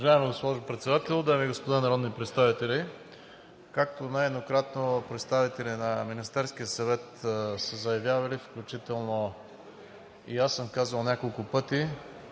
Уважаема госпожо Председател, дами и господа народни представители! Както нееднократно представители на Министерския съвет са заявявали, включително и аз съм казвал няколко пъти,